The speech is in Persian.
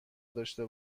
داشته